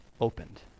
opened